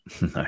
no